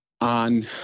on